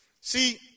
See